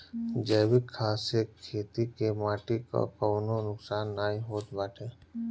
जैविक खाद से खेत के माटी कअ कवनो नुकसान नाइ होत बाटे